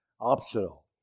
optional